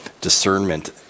discernment